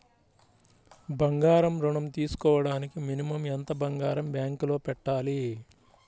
బంగారం ఋణం తీసుకోవడానికి మినిమం ఎంత బంగారం బ్యాంకులో పెట్టాలి?